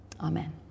Amen